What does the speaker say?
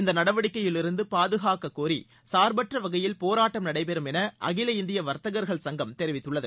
இந்த நடவடிக்கையிலிருந்து பாதுகாக்க வலியுறுத்தி சுர்பற்ற வகையில் போராட்டம் நடைபெறும் என அகில இந்திய வர்த்தகர்கள் சுங்கம் தெரிவித்துள்ளன